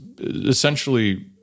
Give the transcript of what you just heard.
essentially